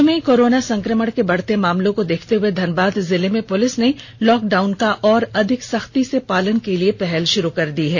राज्य में कोरोना संक्रमण के बढ़ते मामले को देखते हुए धनबाद जिले की पुलिस ने लॉकडाउन का और अधिक सख्ती से पालन के लिए पहल शुरू कर दी है